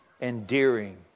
endearing